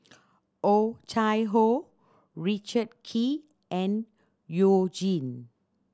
Oh Chai Hoo Richard Kee and You Jin